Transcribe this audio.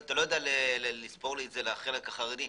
אתה לא יודע לספור לחלק החרדי.